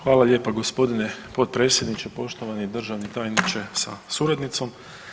Hvala lijepo g. potpredsjedniče, poštovani državni tajniče sa suradnicom.